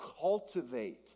cultivate